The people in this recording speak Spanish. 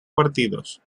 partidos